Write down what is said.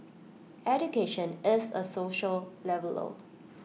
education is A social leveller